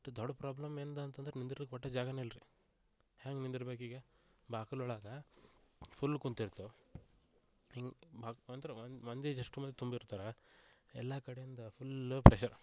but ದೊಡ್ಡ problem ಏನದೆ ಅಂತಂದ್ರೆ ನಿಂದಿರ್ಲಿಕ್ಕೆ ಒಟ್ಟು ಜಾಗನೇ ಇಲ್ರಿ ಹ್ಯಾಂಗೆ ನಿಂದಿರ್ಬೇಕು ಈಗ ಬಾಗಿಲು ಒಳಗ ಫುಲ್ ಕುಂತಿರ್ತೇವ್ ಹಿಂಗೆ ಬಾಗಿಲ ಹತ್ರ ಒಂದು ಮಂದಿ ಜಸ್ಟ್ ಮಂದಿ ತುಂಬಿರ್ತಾರೆ ಎಲ್ಲ ಕಡೆ ಇಂದ ಫುಲ್ ಪ್ರೆಶರ್